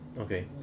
okay